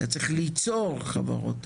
אתה צריך ליצור חברות,